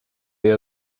the